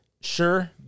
sure